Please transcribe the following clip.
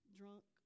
drunk